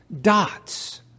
dots